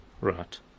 Right